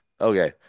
Okay